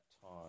time